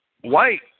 white